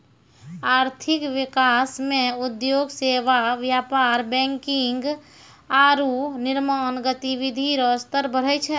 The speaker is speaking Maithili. आर्थिक विकास मे उद्योग सेवा व्यापार बैंकिंग आरू निर्माण गतिविधि रो स्तर बढ़ै छै